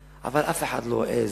אבל אף אחד לא העז,